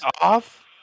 off